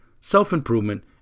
self-improvement